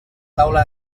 taula